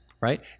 right